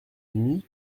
nuit